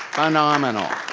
phenomenal.